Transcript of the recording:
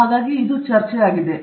ಆದ್ದರಿಂದ ಅದು ಚರ್ಚೆಯಾಗಿದೆ